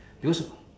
because